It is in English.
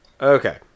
Okay